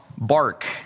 Bark